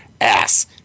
ass